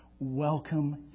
Welcome